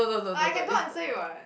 I can don't answer you what